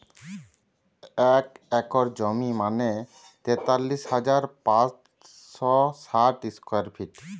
এক একর জমি মানে তেতাল্লিশ হাজার পাঁচশ ষাট স্কোয়ার ফিট